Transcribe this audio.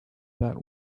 that